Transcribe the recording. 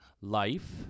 life